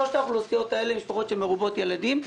שלושת האוכלוסיות האלה הן משפחות מרובות ילדים.